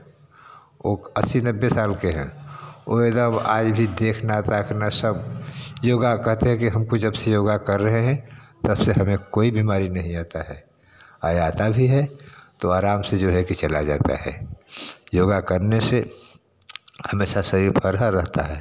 वह अस्सी नब्बे साल के हैं वह एदम आय भी देखना ताकना सब योग कहते हैं कि हमको जब से योग कर रहें हैं तब से हमें कोई बीमारी नहीं आता है आ आता भी है तो आराम से जो है कि चला जाता है योग करने से हमेशा शरीर फरहर रहता है